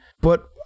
But-